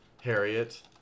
Harriet